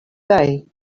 day